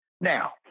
Now